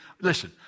listen